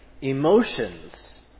Emotions